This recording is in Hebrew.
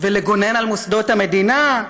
ולגונן על מוסדות המדינה.